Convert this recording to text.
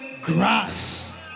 grass